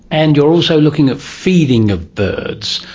and you're also looking at feeding of the birds.